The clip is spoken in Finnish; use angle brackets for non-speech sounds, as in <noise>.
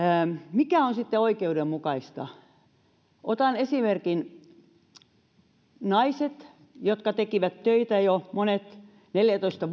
mikä on sitten oikeudenmukaista otan esimerkin naisilla ikäihmisillä joista monet tekivät töitä jo neljätoista <unintelligible>